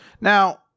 Now